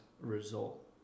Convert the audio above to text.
result